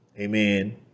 Amen